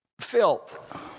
filth